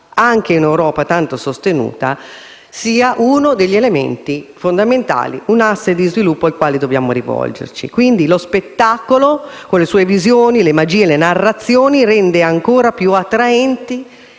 anche in Europa tanto sostenuta, sia uno degli elementi fondamentali, un asse di sviluppo al quale dobbiamo rivolgerci. Lo spettacolo, con le sue visioni, le magie e le narrazioni, rende ancora più attraenti